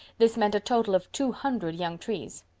this meant a total of two hundred young trees.